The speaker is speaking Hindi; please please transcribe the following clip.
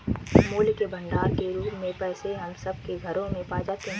मूल्य के भंडार के रूप में पैसे हम सब के घरों में पाए जाते हैं